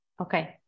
Okay